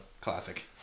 classic